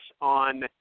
on